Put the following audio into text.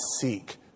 seek